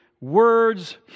words